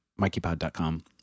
MikeyPod.com